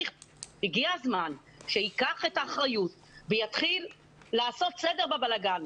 הגיע הזמן שמשרד הבריאות ייקח את האחריות ויתחיל לעשות סדר בבלגן.